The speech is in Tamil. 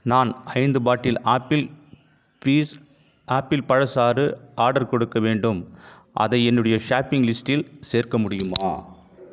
நான் ஐந்து பாட்டில் ஆப்பிள் பீஸ் ஆப்பிள் பழச்சாறு ஆர்டர் கொடுக்க வேண்டும் அதை என்னுடைய ஷாப்பிங் லிஸ்டில் சேர்க்க முடியுமா